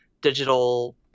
digital